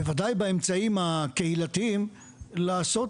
בוודאי באמצעים הקהילתיים, להיות,